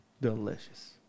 Delicious